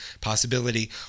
possibility